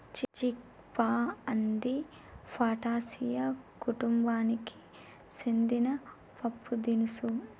చిక్ పా అంది ఫాటాసియా కుతుంబానికి సెందిన పప్పుదినుసు